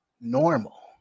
normal